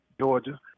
Georgia